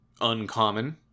uncommon